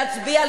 להצביע,